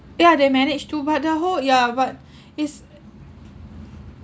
yeah they managed to but the whole yeah but is